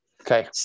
Okay